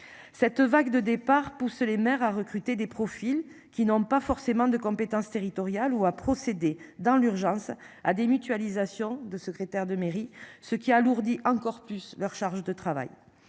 Cette vague de départs pousse les maires à recruter des profils qui n'ont pas forcément de compétences territoriales ou à procéder dans l'urgence à des. De secrétaire de mairie ce qui alourdit encore plus leur charge de travail.